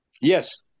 Yes